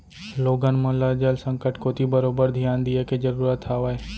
लोगन मन ल जल संकट कोती बरोबर धियान दिये के जरूरत हावय